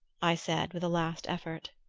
i said with a last effort.